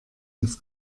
ins